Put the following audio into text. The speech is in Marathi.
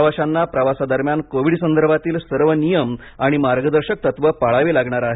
प्रवाशांना प्रवासादरम्यान कोविड संदर्भातील सर्व नियम आणि मार्गदर्शक तत्त्वे पाळावी लागणार आहेत